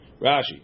Rashi